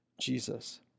Jesus